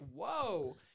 whoa